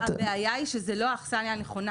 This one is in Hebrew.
הבעיה היא שזו לא האכסניה הנכונה.